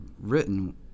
written